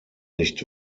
nicht